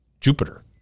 jupiter